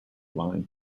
line